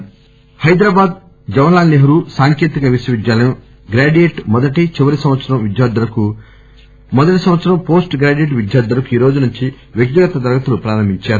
ఎన్ S D J S T U Hyderabad Jawahar Lal Nehru సాంకేతిక విశ్వవిద్యాలయం graduate మొదటి చివరి సంవత్సరం విద్యార్దులకు మొదటి సంవత్సరం వోస్ట్ గ్రాడ్యుయేట్ విద్యార్దులకు ఈరోజు నుంచి వ్యక్తిగత తరగతులు ప్రారంభించింది